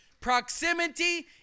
Proximity